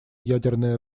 ядерное